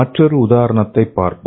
மற்றொரு உதாரணத்தைப் பார்ப்போம்